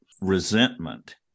resentment